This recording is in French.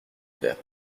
père